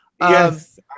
yes